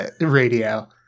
radio